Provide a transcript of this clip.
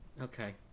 okay